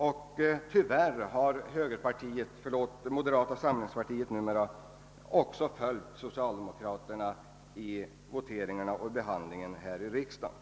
Och tyvärr har högerpartiet, numera moderata samlingspartiet, följt socialdemokraterna vid voteringarna här i riksdagen.